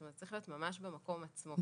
זה צריך להיות ממש במקום עצמו.